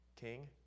king